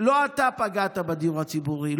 לא אתה פגעת בדיור הציבורי,